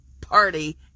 party